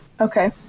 Okay